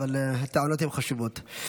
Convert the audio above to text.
אבל הטענות הן חשובות.